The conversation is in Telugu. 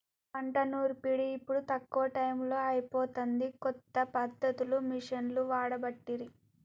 పంట నూర్పిడి ఇప్పుడు తక్కువ టైములో అయిపోతాంది, కొత్త పద్ధతులు మిషిండ్లు వాడబట్టిరి